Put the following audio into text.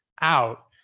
out